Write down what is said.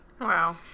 wow